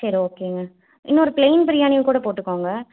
சரி ஓகேங்க இன்னொரு பிளைன் பிரியாணியும் கூட போட்டுக்கோங்க